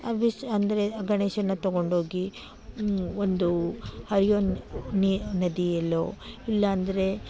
ಆ ವಿಷ ಅಂದರೆ ಗಣೇಶನ್ನ ತೊಗೊಂಡೋಗಿ ಒಂದು ಹರಿಯೋ ನಿ ನದಿಯಲ್ಲೋ ಇಲ್ಲಾಂದರೆ